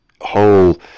whole